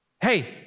hey